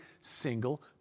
single